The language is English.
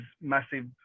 massive